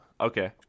Okay